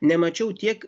nemačiau tiek